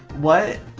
what